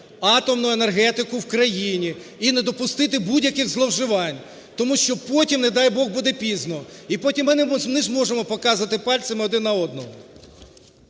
атомну енергетику в країні і не допустити будь-яких зловживань, тому що потім, не дай Бог, буде пізно і потім ми не зможемо показувати пальцем один на одного.